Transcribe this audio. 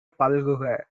பல்குக